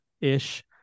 ish